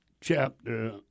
chapter